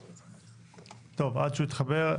טוב, עד שהוא יתחבר.